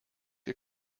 wir